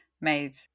made